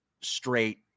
straight